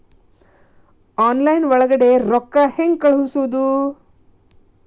Online ಒಳಗಡೆ ರೊಕ್ಕ ಹೆಂಗ್ ಕಳುಹಿಸುವುದು?